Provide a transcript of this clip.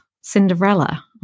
Cinderella